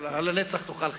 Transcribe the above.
"הלנצח תאכל חרב",